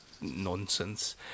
nonsense